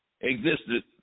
Existed